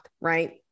Right